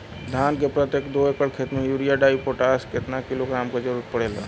धान के प्रत्येक दो एकड़ खेत मे यूरिया डाईपोटाष कितना किलोग्राम क जरूरत पड़ेला?